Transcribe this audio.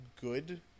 good